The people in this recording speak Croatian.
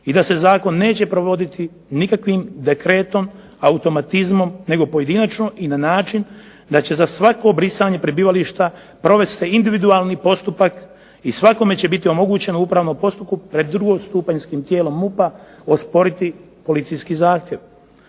i da se zakon neće provoditi nikakvim dekretom automatizmom, nego pojedinačno i na način da će za svako brisanje prebivališta provest se individualni postupak i svakome će biti omogućeno u upravnim postupkom pred drugostupanjskim tijelom MUP-a osporiti policijski zahtjev.